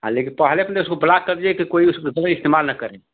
पहले तो उसको ब्लाक कर दीजिये के उसको कोई इस्तेमाल ना करे